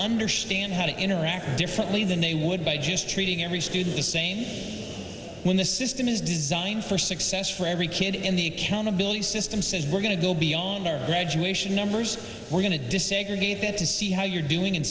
understand how to interact differently than they would by just treating every student the same when the system is designed for success for every kid in the accountability system says we're going to go beyond our graduation numbers we're going to desegregate it to see how you're doing